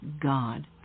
God